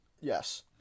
Yes